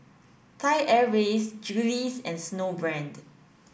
Thai Airways Julie's and Snowbrand